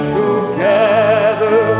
together